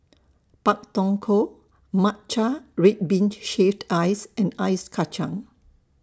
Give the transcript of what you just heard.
Pak Thong Ko Matcha Red Bean Shaved Ice and Ice Kachang